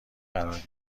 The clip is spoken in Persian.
قرار